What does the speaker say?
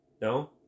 no